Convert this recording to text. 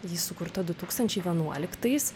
ji sukurta du tūkstančiai vienuoliktais